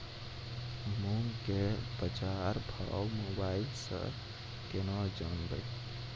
मूंग के बाजार भाव मोबाइल से के ना जान ब?